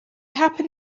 happen